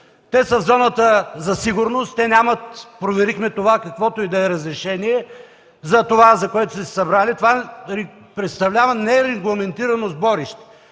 Те са в зоната за сигурност, те нямат – проверихме това, каквото и да е разрешение затова, за което са се събрали. Това представлява нерегламентирано сборище.